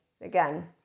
again